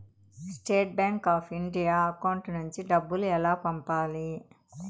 State bank of India account నుంచి డబ్బులు ఎలా పంపాలి?